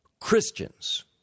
Christians